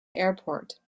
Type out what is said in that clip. airport